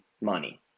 money